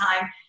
time